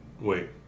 Wait